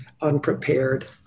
unprepared